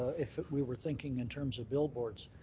if if we were thinking in terms of billboards.